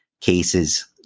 cases